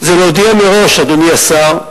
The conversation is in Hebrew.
זה להודיע מראש, אדוני השר,